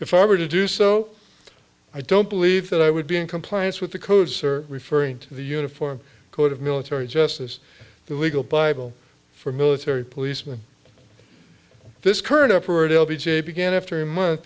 if i were to do so i don't believe that i would be in compliance with the codes are referring to the uniform code of military justice the legal bible for military policeman this current upward l b j began after a month